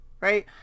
Right